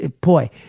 Boy